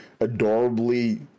adorably